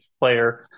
player